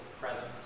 presence